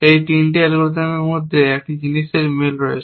এই 3টি অ্যালগরিদমগুলির মধ্যে একটি জিনিস মিল রয়েছে